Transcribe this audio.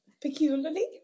Peculiarly